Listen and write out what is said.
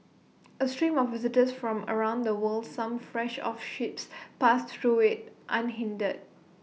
A stream of visitors from around the world some fresh off ships passed through IT unhindered